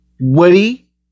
Woody